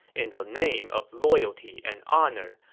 in the name of loyalty and honor,